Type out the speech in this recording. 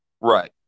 Right